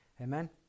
Amen